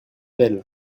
elles